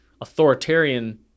authoritarian